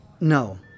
No